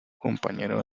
compañero